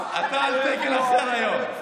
אתה על תקן אחר היום.